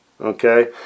Okay